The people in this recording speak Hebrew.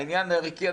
העניין הערכי,